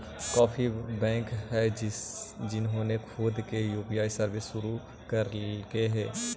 काफी बैंक हैं जिन्होंने खुद की यू.पी.आई सर्विस शुरू करकई हे